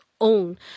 own